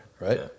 right